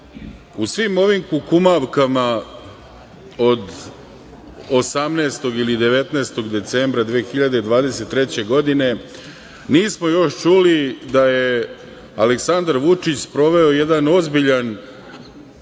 u svim ovim kukumavkama od 18. ili 19. decembra 2023. godine nismo još čuli da je Aleksandar Vučić sproveo jedan ozbiljan